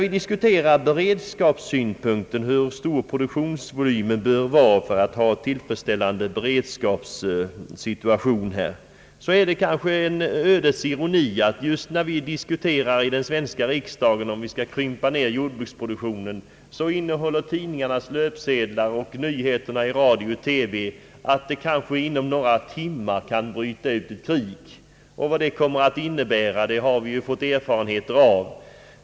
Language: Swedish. Vi diskuterar beredskapssynpunkter och hur stor produktionsvolymen bör vara för en tillfredsställande beredskapssituation. Det är kanske en ödets ironi ati just när vi i den svenska riksdagen diskuterar om vi skall krympa ned jordbruksproduktionen, innehåller tidningarnas löpsedlar och nyheterna 1 radio och TV meddelanden om att det inom några timmar kanske kommer att bryta ut ett krig, och vad det kan innebära har vi ju fått erfarenheter av.